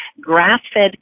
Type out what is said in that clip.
grass-fed